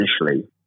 initially